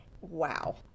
Wow